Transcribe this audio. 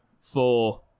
four